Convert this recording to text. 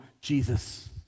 Jesus